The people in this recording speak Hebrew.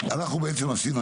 אנחנו בעצם עשינו,